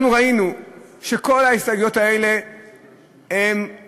אנחנו ראינו שכל ההסתייגויות האלה ירדו.